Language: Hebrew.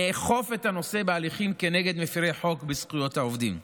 נאכוף את הנושא בהליכים כנגד מפירי חוק וזכויות העובדים.